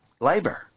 labor